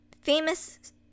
famous